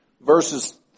verses